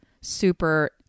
Super